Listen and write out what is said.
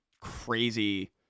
crazy